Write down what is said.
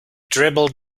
dribbled